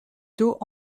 dos